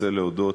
רוצה להודות